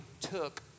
took